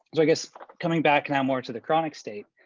so i guess coming back now more to the chronic state,